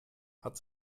hat